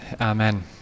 amen